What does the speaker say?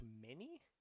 Mini